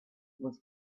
was